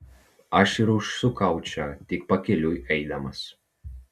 aš ir užsukau čia tik pakeliui eidamas